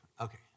Okay